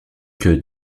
que